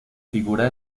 figura